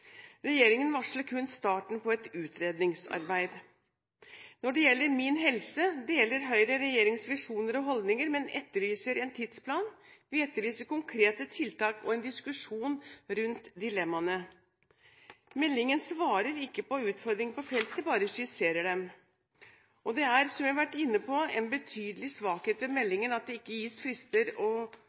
Regjeringen varsler kun starten på et utredningsarbeid. Når det gjelder «Min helse», deler Høyre regjeringens visjoner og holdninger, men etterlyser en tidsplan. Vi etterlyser konkrete tiltak og en diskusjon rundt dilemmaene. Meldingen svarer ikke på utfordringene på feltet, bare skisserer dem. Det er, som jeg har vært inne på, en betydelig svakhet ved meldingen at det ikke oppgis frister, når mål skal nås, og